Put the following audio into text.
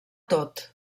tot